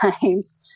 times